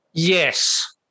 Yes